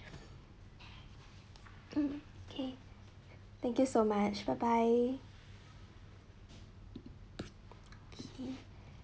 mm okay thank you so much bye bye okay